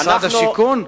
משרד השיכון,